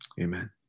Amen